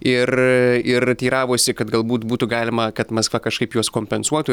ir ir teiravosi kad galbūt būtų galima kad maskva kažkaip juos kompensuotų